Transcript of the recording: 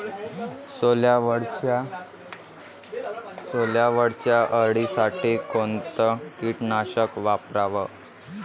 सोल्यावरच्या अळीसाठी कोनतं कीटकनाशक वापराव?